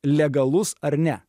legalus ar ne